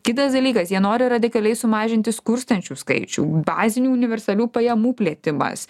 kitas dalykas jie nori radikaliai sumažinti skurstančių skaičių bazinių universalių pajamų plėtimas